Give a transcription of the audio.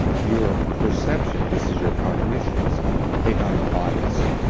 your perception, this is your cognitions take on a bias.